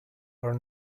are